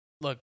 Look